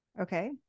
Okay